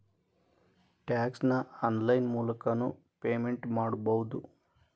tax ನ online ಮೂಲಕನೂ payment ಮಾಡಬೌದು